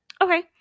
okay